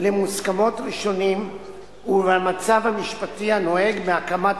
למוסכמות ראשונים ולמצב המשפטי הנוהג מהקמת